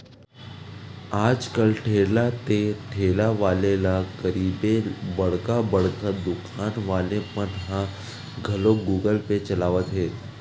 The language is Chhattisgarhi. आज कल ठेला ते ठेला वाले ला कहिबे बड़का बड़का दुकान वाले मन ह घलोक गुगल पे चलावत हे